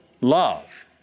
love